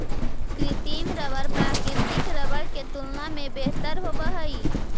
कृत्रिम रबर प्राकृतिक रबर के तुलना में बेहतर होवऽ हई